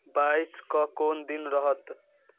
बाइसकेँ कोन दिन रहत